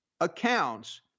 accounts